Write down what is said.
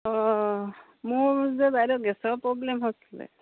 অঁ মোৰ যে বাইদেউ গেছৰ প্ৰব্লেম হৈছিলে